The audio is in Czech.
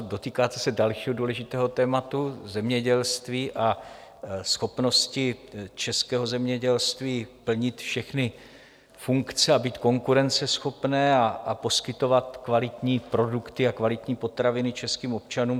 Dotýkáte se dalšího důležitého tématu, zemědělství a schopnosti českého zemědělství plnit všechny funkce, být konkurenceschopné a poskytovat kvalitní produkty a kvalitní potraviny českým občanům.